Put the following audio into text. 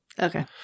Okay